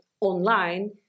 online